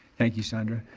thank you, sandra.